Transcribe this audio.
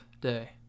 day